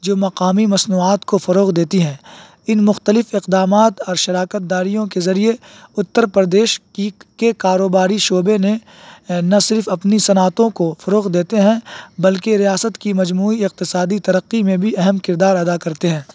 جو مقامی مصنوعات کو فروغ دیتی ہے ان مختلف اقدامات اور شراکت داریوں کے ذریعے اتر پردیش کی کے کاروباری شعبے نے نہ صرف اپنی صنعتوں کو فروغ دیتے ہیں بلکہ ریاست کی مجموعی اقتصادی ترقی میں بھی اہم کردار ادا کرتے ہے